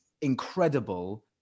incredible